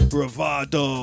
Bravado